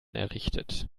errichtet